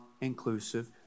inclusive